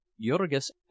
Jurgis